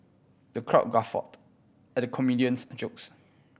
the crowd guffawed at the comedian's jokes